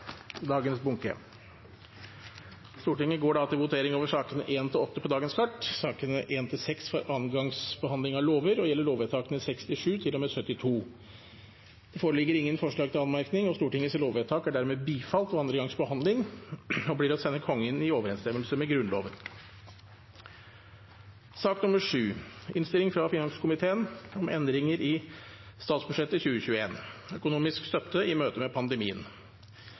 dagens kart. Sakene nr. 1–6 er andre gangs behandling av lover og gjelder lovvedtakene 67 til og med 72. Det foreligger ingen forslag til anmerkning. Stortingets lovvedtak er dermed bifalt ved andre gangs behandling og blir å sende Kongen i overensstemmelse med Grunnloven. Under debatten er det satt frem i alt 112 forslag. Forslagene nr. 1–100, som ble fremsatt under komiteens behandling, er inntatt i innstillingen på sidene 90–124. I tillegg kommer: forslagene nr. 101–104, fra